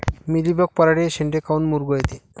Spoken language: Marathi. मिलीबग पराटीचे चे शेंडे काऊन मुरगळते?